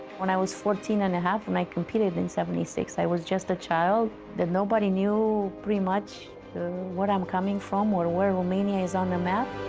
when i was fourteen and a half and i competed in seventy six, i was just a child that nobody knew pretty much what i'm coming from or where romania is on the map.